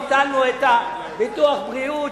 ביטלנו את ביטוח הבריאות,